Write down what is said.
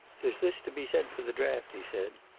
there's this to be said for the draft, he said.